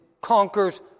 conquers